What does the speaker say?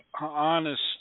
honest